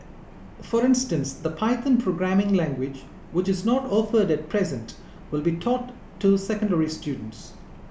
for instance the Python programming language which is not offered at present will be taught to secondary students